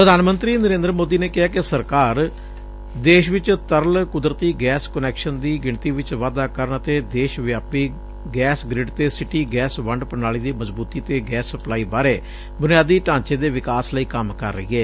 ਪ੍ਧਾਨ ਮੰਤਰੀ ਨਰੇਂਦਰ ਮੋਦੀ ਨੇ ਕਿਹੈ ਕਿ ਸਰਕਾਰ ਦੇਸ਼ ਵਿਚ ਤਰਲ ਕੁਦਤਰੀ ਗੈਸ ਕੁਨੈਕਸ਼ਨ ਦੀ ਗਿਣਤੀ ਚ ਵਾਧਾ ਕਰਨ ਅਤੇ ਦੇਸ਼ ਵਿਆਪੀ ਗੈਸ ਗੈਸ ਤੇ ਸਿਟੀ ਗੈਸ ਵੰਡ ਪ੍ਣਾਲੀ ਦੀ ਮਜ਼ਬੂਤੀ ਅਤੇ ਗੈਸ ਸਪਲਾਈ ਬਾਰੇ ਬੁਨਿਆਦੀ ਢਾਂਚੇ ਦੇ ਵਿਕਾਸ ਲਈ ਕੰਮ ਕਰ ਰਹੀ ਏ